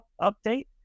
update